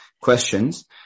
questions